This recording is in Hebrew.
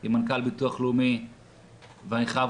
עם מנכ"ל הביטוח הלאומי ואני חייב